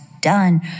done